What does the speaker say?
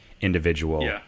individual